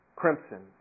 crimson